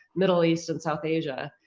middle east and south asia.